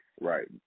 Right